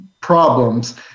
problems